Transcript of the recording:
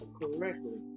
correctly